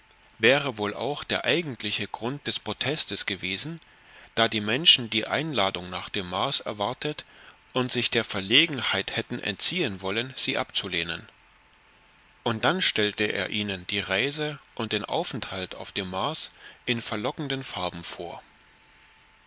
wäre wohl auch der eigentliche grund des protestes gewesen da die menschen die einladung nach dem mars erwartet und sich der verlegenheit hätten entziehen wollen sie abzulehnen und dann stellte er ihnen die reise und den aufenthalt auf dem mars in verlockenden farben vor